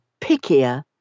pickier